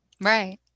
right